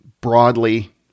broadly